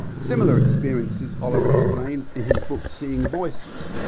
similar experiences oliver explained in his book seeing voices,